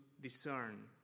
discern